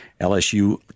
LSU